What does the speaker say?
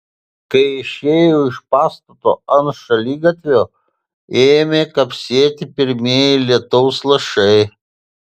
kai išėjo iš pastato ant šaligatvio ėmė kapsėti pirmieji lietaus lašai